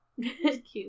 Cute